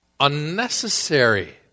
Unnecessary